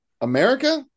America